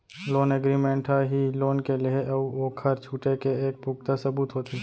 loan agreement ह ही loan के लेहे अउ ओखर छुटे के एक पुखता सबूत होथे